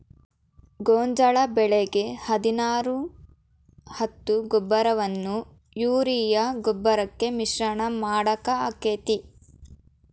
ಗೋಂಜಾಳ ಬೆಳಿಗೆ ಹದಿನಾರು ಹತ್ತು ಗೊಬ್ಬರವನ್ನು ಯೂರಿಯಾ ಗೊಬ್ಬರಕ್ಕೆ ಮಿಶ್ರಣ ಮಾಡಾಕ ಆಕ್ಕೆತಿ?